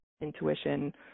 intuition